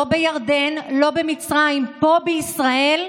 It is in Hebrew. לא בירדן, לא במצרים, פה בישראל,